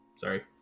Sorry